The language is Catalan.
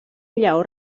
lleó